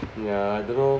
ya I don't know